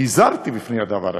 והזהרתי מפני הדבר הזה.